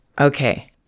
Okay